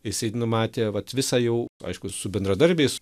jisai numatė vat visą jau aišku su bendradarbiais